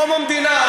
מקום המדינה,